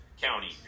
County